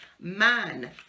man